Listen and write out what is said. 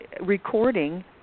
recording